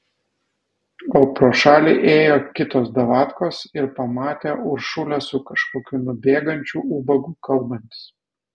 o pro šalį ėjo kitos davatkos ir pamatė uršulę su kažkokiu nubėgančiu ubagu kalbantis